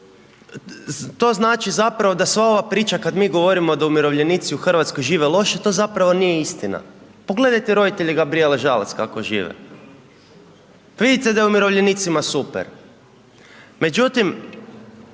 to znači zapravo da sva ova priča kada mi govorimo da umirovljenici u Hrvatskoj žive loše, to zapravo nije istina. Pogledajte roditelje Gabrijele Žalac kako žive. Pa vidite da je umirovljenicima super. Međutim,